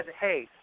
hey